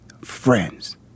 friends